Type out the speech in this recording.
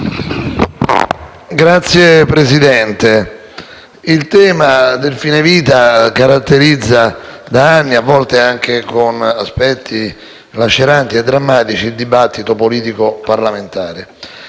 Signora Presidente, il tema del fine vita caratterizza da anni, a volte anche con aspetti laceranti e drammatici, il dibattito politico‑parlamentare.